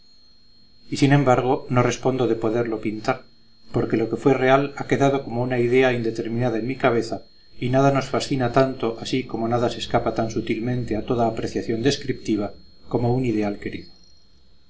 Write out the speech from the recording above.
y sin embargo no respondo de poderlo pintar porque lo que fue real ha quedado como una idea indeterminada en mi cabeza y nada nos fascina tanto así como nada se escapa tan sutilmente a toda apreciación descriptiva como un ideal querido